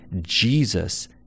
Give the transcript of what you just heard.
Jesus